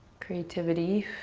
creativity.